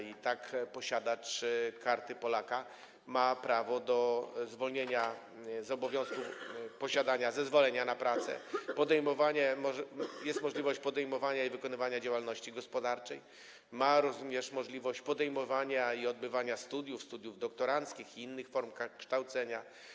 I tak, posiadacz Karty Polaka ma prawo do zwolnienia z obowiązku posiadania zezwolenia na pracę, jest możliwość podejmowania i wykonywania działalności gospodarczej, jest również możliwość podejmowania i odbywania studiów, studiów doktoranckich i innych form kształcenia.